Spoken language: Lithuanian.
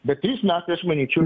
bet metai aš manyčiau